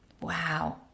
Wow